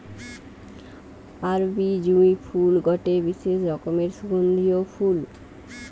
আরবি জুঁই ফুল গটে বিশেষ রকমের সুগন্ধিও ফুল